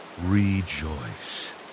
Rejoice